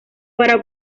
para